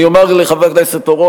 אני אומר לחבר הכנסת אורון,